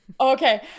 okay